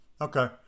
okay